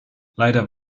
leider